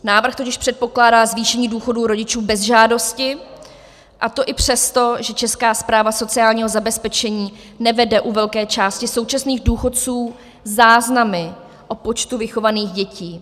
Návrh totiž předpokládá zvýšení důchodů rodičů bez žádosti, a to i přesto, že Česká správa sociálního zabezpečení nevede u velké části současných důchodců záznamy o počtu vychovaných dětí.